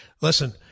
Listen